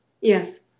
Yes